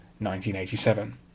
1987